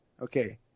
Okay